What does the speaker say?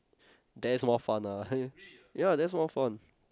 there is more fun ah ya there is more fun